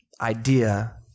idea